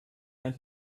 and